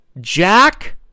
Jack